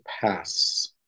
pass